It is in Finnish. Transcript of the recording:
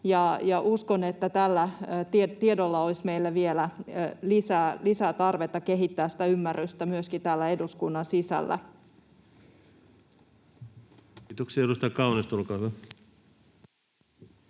uskon, että tälle tiedolle olisi meillä vielä lisätarvetta kehittämään sitä ymmärrystä myöskin täällä eduskunnan sisällä. Kiitoksia. — Edustaja Kaunisto, olkaa hyvä.